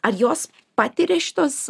ar jos patiria šitos